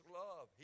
love